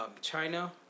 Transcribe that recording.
China